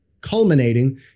Culminating